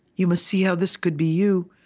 you must see how this could be you,